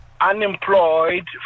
unemployed